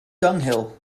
dunghill